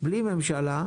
בלי עזרת הממשלה,